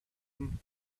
them